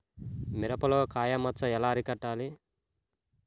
మిరపలో కాయ మచ్చ ఎలా అరికట్టాలి?